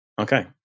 Okay